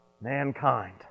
mankind